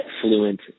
Fluent